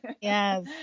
Yes